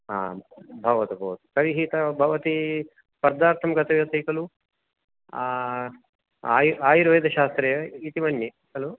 हा भवतु भवतु तर्हि भवती स्पर्धार्थं गतवती खलु आयुर् आयुर्वेदशास्त्रे इति मन्ये खलु